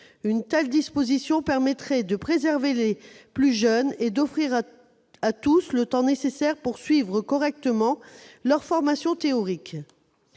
Une telle disposition permettrait de préserver les plus jeunes et d'offrir à tous le temps nécessaire pour suivre correctement leur formation théorique.